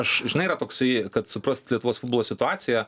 aš žinai yra toksai kad suprast lietuvos futbolo situaciją